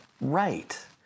right